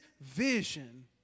vision